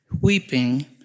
weeping